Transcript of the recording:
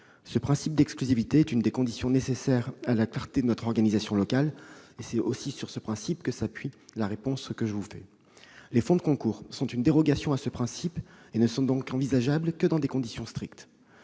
Ce principe d'exclusivité est l'une des conditions nécessaires à la clarté de notre organisation locale. C'est sur ce principe que je m'appuie pour vous répondre. Les fonds de concours sont une dérogation à ce principe et ne sont donc envisageables que dans des conditions strictes.